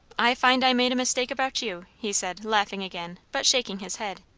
i find i made a mistake about you! he said, laughing again, but shaking his head.